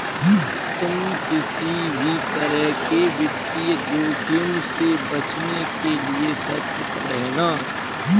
तुम किसी भी तरह के वित्तीय जोखिम से बचने के लिए सतर्क रहना